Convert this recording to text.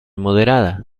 moderada